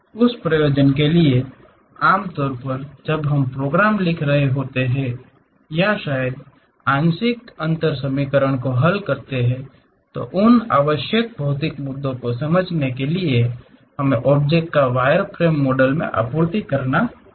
उस प्रयोजन के लिए आमतौर पर जब हम प्रोग्राम लिख रहे होते हैं या शायद आंशिक अंतर समीकरणों को हल करते हैं तो उन आवश्यक भौतिकी मुद्दों को समझने के लिए हमें ऑब्जेक्ट को वायरफ्रेम मॉडल में आपूर्ति करना होगा